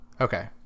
Okay